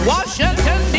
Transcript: Washington